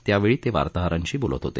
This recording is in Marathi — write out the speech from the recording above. त्यावेळी ते वार्ताहरांशी बोलत होते